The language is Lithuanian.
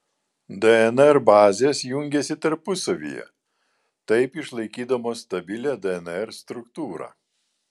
dnr bazės jungiasi tarpusavyje taip išlaikydamos stabilią dnr struktūrą